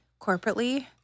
corporately